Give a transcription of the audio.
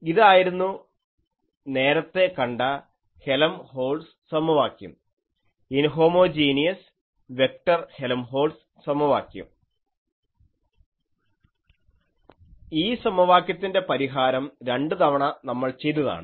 ഇതായിരുന്നു നേരത്തെ കണ്ട ഹെലംഹോൾട്ട്സ് സമവാക്യം ഇൻഹോമോജീനിയസ് വെക്ടർ ഹെലംഹോൾട്ട്സ് സമവാക്യം ഈ സമവാക്യത്തിൻറെ പരിഹാരം രണ്ടുതവണ നമ്മൾ ചെയ്തതാണ്